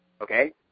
okay